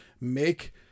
make